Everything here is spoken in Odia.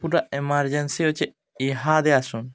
ପୁରା ଏମର୍ଜେନ୍ସି ଅଛେ ଇହାଦେ ଆସନ୍